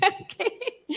okay